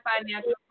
financial